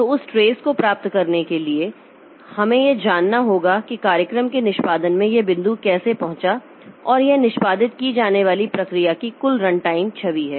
तो उस ट्रेस को प्राप्त करने के लिए इसलिए हमें यह जानना होगा कि कार्यक्रम के निष्पादन में यह बिंदु कैसे पहुंचा और यह निष्पादित की जाने वाली प्रक्रिया की कुल रनटाइम छवि है